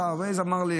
ה-Waze אמר לי,